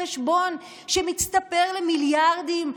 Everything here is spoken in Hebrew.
זה מצטבר למיליארדים,